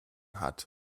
hat